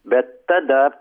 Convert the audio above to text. bet tada